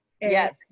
Yes